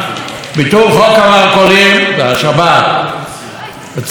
בצד השני, סעיף ב': החזרת חוק הגיוס המקורי.